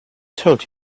told